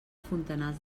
fontanals